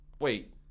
wait